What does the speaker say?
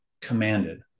commanded